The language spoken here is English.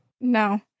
No